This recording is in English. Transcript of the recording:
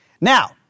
Now